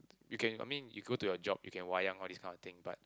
you can I mean you go to your job you can wayang all this kind of thing but